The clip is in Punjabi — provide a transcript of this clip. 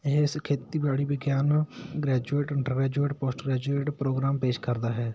ਇਸ ਖੇਤੀਬਾੜੀ ਵਿਗਿਆਨ graduate undergraduate postgraduate programme ਪੇਸ਼ ਕਰਦਾ ਹੈ